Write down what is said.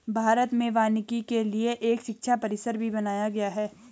भारत में वानिकी के लिए एक शिक्षा परिषद भी बनाया गया है